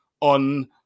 on